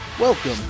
Welcome